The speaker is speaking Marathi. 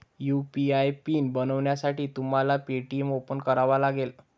यु.पी.आय पिन बनवण्यासाठी तुम्हाला पे.टी.एम ओपन करावा लागेल